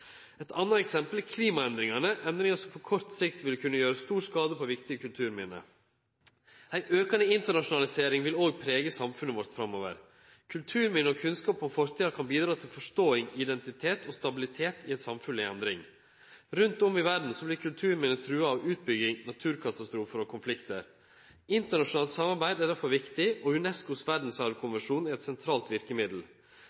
Eit anna eksempel er klimaendringane – endringar som på kort sikt vil kunne gjere stor skade på viktige kulturminne. Ei aukande internasjonalisering vil òg prege samfunnet vårt framover. Kulturminne og kunnskap om fortida kan bidra til forståing, identitet og stabilitet i eit samfunn i endring. Rundt om i verda vert kulturminne trua av utbygging, naturkatastrofar og konfliktar. Internasjonalt samarbeid er derfor viktig, og